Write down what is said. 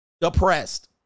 Depressed